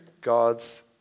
God's